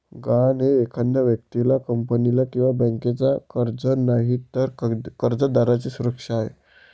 गहाण हे एखाद्या व्यक्तीला, कंपनीला किंवा बँकेचे कर्ज नाही, तर कर्जदाराची सुरक्षा आहे